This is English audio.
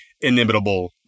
Inimitable